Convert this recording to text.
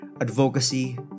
advocacy